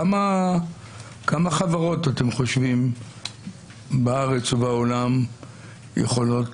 כמה חברות אתם חושבים בארץ ובעולם יכולות